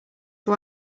why